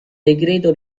decreto